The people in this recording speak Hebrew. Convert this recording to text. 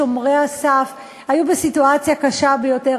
שומרי הסף היו בסיטואציה קשה ביותר,